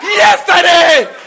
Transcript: yesterday